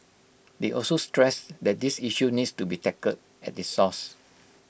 they also stressed that this issue needs to be tackled at the